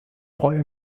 freue